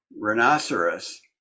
Rhinoceros